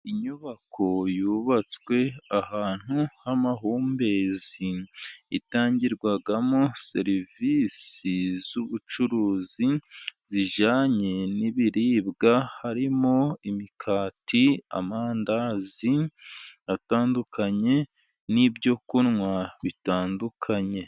Inyubako yubatswe ahantu h'amahumbezi itangirwamo serivisi z'ubucuruzi, zijyanye n'ibiribwa harimo imikati, amandazi atandukanye, n'ibyokunywa bitandukanye.